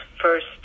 first